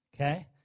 Okay